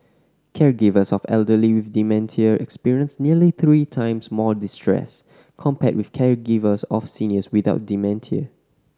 caregivers of elderly with dementia experienced nearly three times more distress compared with caregivers of seniors without dementia